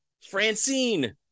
Francine